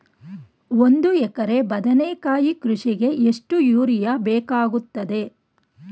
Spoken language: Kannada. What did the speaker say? ಒಂದು ಎಕರೆ ಬದನೆಕಾಯಿ ಕೃಷಿಗೆ ಎಷ್ಟು ಯೂರಿಯಾ ಬೇಕಾಗುತ್ತದೆ?